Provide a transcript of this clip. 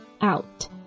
out